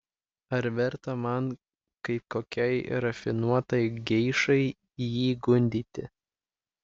ar verta man kaip kokiai rafinuotai geišai jį gundyti